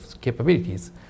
capabilities